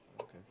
Okay